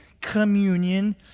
communion